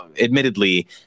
admittedly